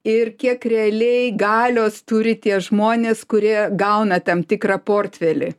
ir kiek realiai galios turi tie žmonės kurie gauna tam tikrą portfelį